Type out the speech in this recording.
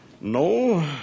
No